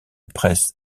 presse